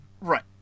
Right